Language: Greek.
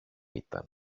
ήταν